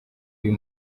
uyu